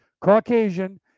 Caucasian